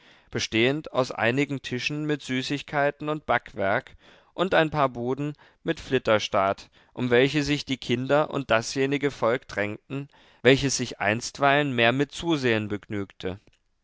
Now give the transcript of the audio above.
bestehend aus einigen tischen mit süßigkeiten und backwerk und ein paar buden mit flitterstaat um welche sich die kinder und dasjenige volk drängten welches sich einstweilen mehr mit zusehen begnügte